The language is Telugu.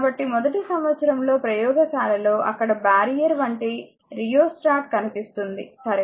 కాబట్టి మొదటి సంవత్సరంలో ప్రయోగశాలలో అక్కడ బారియర్ వంటి రియోస్టాట్ కనిపిస్తుంది సరే